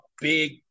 big